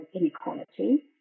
inequality